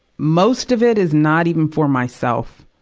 most of it is not even for myself.